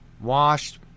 washed